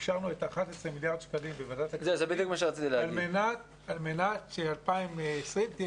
אישרנו 11 מיליארד שקלים בוועדת הכספים על מנת ש-2020 תהיה